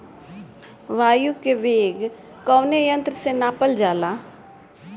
वायु क वेग कवने यंत्र से नापल जाला?